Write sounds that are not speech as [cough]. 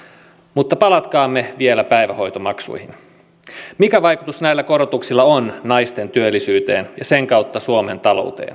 mutta palatkaamme vielä päivähoitomaksuihin mikä vaikutus näillä korotuksilla on naisten työllisyyteen ja sen kautta suomen talouteen [unintelligible]